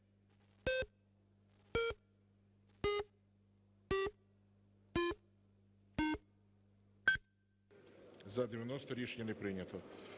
За – 89. Рішення не прийнято.